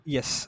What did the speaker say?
Yes